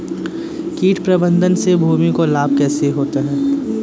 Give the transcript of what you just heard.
कीट प्रबंधन से भूमि को लाभ कैसे होता है?